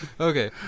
Okay